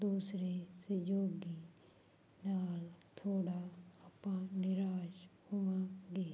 ਦੂਸਰੇ ਸਹਿਯੋਗੀ ਨਾਲ ਥੋੜ੍ਹਾ ਆਪਾਂ ਨਿਰਾਸ਼ ਹੋਵਾਂਗੇ